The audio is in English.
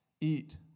eat